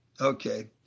Okay